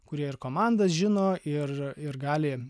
kurie ir komandas žino ir ir gali